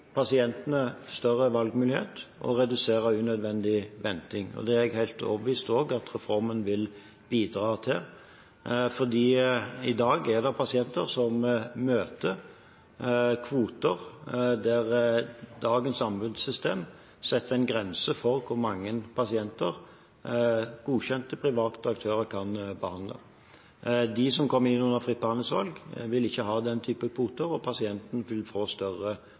pasientene større valgmulighet og å redusere unødvendig venting. Det er jeg også helt overbevist om at reformen vil bidra til, for i dag er det pasienter som møter kvoter hvor dagens anbudssystem setter en grense for hvor mange pasienter godkjente private aktører kan behandle. De som kommer inn under fritt behandlingsvalg, vil ikke ha den typen kvoter, og pasienten vil få større